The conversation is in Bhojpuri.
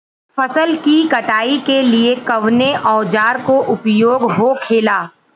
फसल की कटाई के लिए कवने औजार को उपयोग हो खेला?